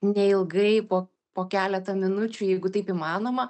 neilgai po po keletą minučių jeigu taip įmanoma